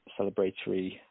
celebratory